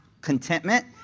contentment